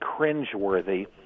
cringeworthy